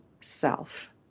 self